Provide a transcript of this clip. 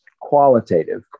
qualitative